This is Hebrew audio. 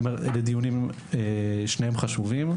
שני הדיונים הללו חשובים.